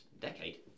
decade